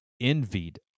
envied